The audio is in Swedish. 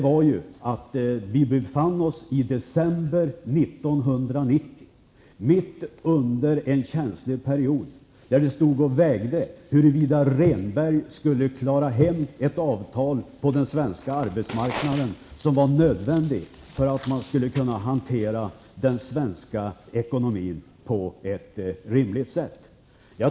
Vi befann oss i december 1990 mitt under en känslig period då det stod och vägde om Rehnberg skulle få hem det avtal på den svenska arbetsmarknaden som var nödvändigt för att man skulle kunna hantera den svenska ekonomin på ett rimligt sätt.